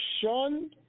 shun